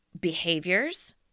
Behaviors